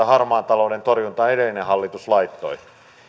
harmaan talouden torjuntaan edellinen hallitus laittoi